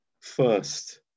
first